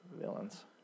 villains